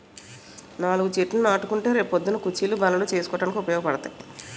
నాలుగు చెట్లు నాటుకుంటే రే పొద్దున్న కుచ్చీలు, బల్లలు చేసుకోడానికి ఉపయోగపడతాయి